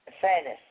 fairness